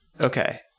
okay